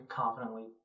confidently